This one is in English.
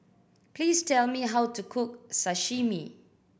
please tell me how to cook Sashimi